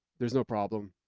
there's no problem.